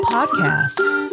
Podcasts